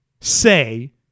say